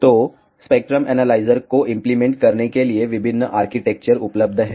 तो spectrum analyser को implement करने के लिए विभिन्न आर्किटेक्चर उपलब्ध हैं